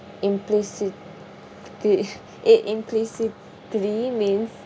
implicitly it implicitly means